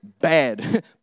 bad